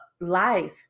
life